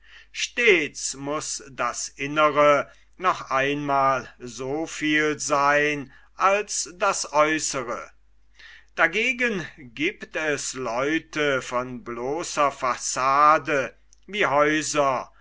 stets muß das innere noch einmal soviel seyn als das aeußere dagegen giebt es leute von bloßer fassade wie häuser